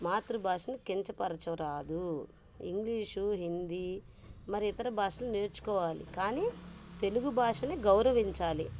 మాతృభాషను కించపరచరాదు ఇంగ్లీషూ హిందీ మరియు ఇతర భాషలు నేర్చుకోవాలి కానీ తెలుగు భాషని గౌరవించాలి